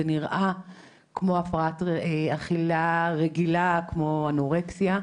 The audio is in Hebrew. זה נראה כמו הפרעת אכילה רגילה, כמו אנורקסיה,